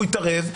הוא יתערב,